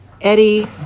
Eddie